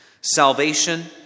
Salvation